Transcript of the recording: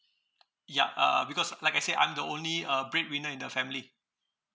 ya uh because like I say I'm the only uh bread winner in the family